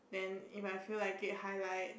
then if I feel like it highlight